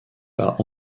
par